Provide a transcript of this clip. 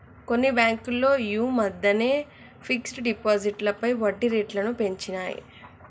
కొన్ని బ్యేంకులు యీ మద్దెనే ఫిక్స్డ్ డిపాజిట్లపై వడ్డీరేట్లను పెంచినియ్